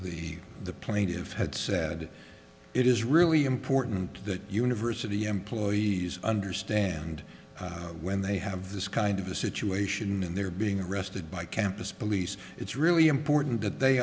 the the plaintive had said it is really important that university employees understand when they have this kind of a situation in their being arrested by campus police it's really important that they